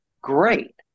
great